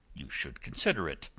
you should consider it.